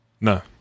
no